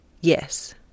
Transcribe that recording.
Yes